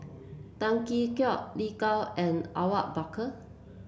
Tan Tee Yoke Lin Gao and Awang Bakar